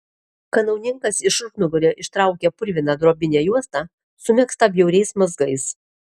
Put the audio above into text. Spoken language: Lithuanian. kanauninkas iš užnugario ištraukė purviną drobinę juostą sumegztą bjauriais mazgais